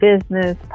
business